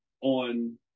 on